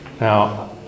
Now